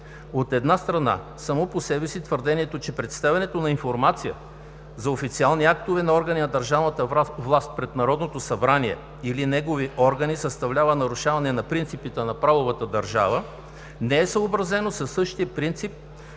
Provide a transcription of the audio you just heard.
От една страна, само по себе си твърдението, че представянето на информация за официални актове на органи на държавната власт пред Народното събрание или негови органи съставлява нарушаване на принципите на правовата държава, не е съобразено със същия принцип